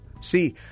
See